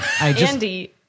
Andy